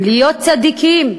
להיות צדיקים,